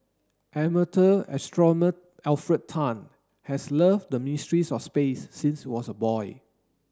amateur Alfred Tan has loved the mysteries of space since was a boy